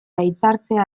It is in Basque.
hitzartzea